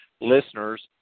listeners